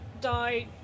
die